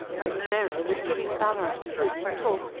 miss sarah was giving ballarat food for talk,